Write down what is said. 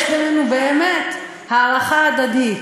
יש בינינו, באמת, הערכה הדדית.